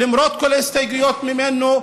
למרות כל ההסתייגויות ממנו,